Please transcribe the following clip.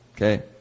Okay